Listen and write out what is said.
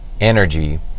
energy